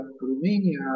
Romania